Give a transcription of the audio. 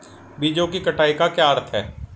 बीजों की कटाई का क्या अर्थ है?